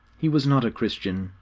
he was not a christian,